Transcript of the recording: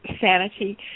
Sanity